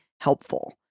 helpful